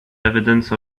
evidence